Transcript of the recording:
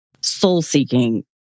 soul-seeking